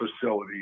facility